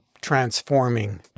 transforming